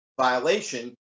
violation